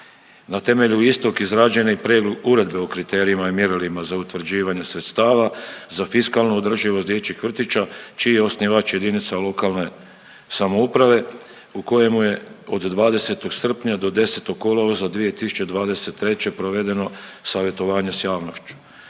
Na temelju istog izgrađen je Prijedlog uredbe o kriterijima i mjerilima za utvrđivanje sredstava, za fiskalnu održivost dječjih vrtića čiji je osnivač jedinica lokalne samouprave u kojem je od 20. srpnja do 10. kolovoza 2023. provedeno savjetovanje s javnošću.